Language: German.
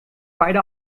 beide